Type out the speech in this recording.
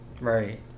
Right